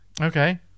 Okay